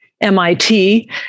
MIT